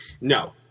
No